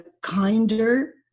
kinder